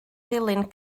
ddilyn